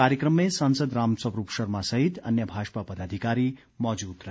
कार्यक्रम में सांसद रामस्वरूप शर्मा सहित अन्य भाजपा पदाधिकारी मौजूद रहे